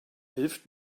hilft